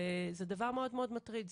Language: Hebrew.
זה דבר מאוד מטריד,